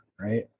right